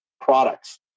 products